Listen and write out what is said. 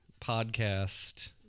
podcast